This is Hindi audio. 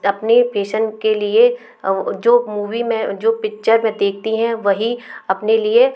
अपने फेशन के लिए जो मूवी में जो पिक्चर में देखती हैं वही अपने लिए